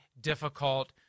difficult